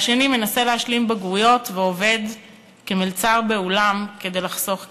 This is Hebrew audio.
והשני מנסה להשלים בגרויות ועובד כמלצר באולם כדי לחסוך כסף.